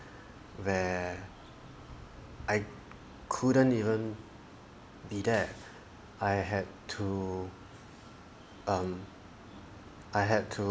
where I couldn't even be there I had to um I had to